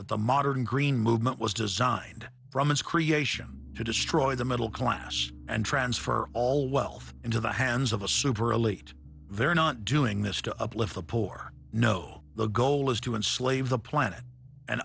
that the modern green movement was designed creation to destroy the middle class and transfer all wealth into the hands of a super elite they're not doing this to uplift the poor no the goal is to enslave the planet and